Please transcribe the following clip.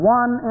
one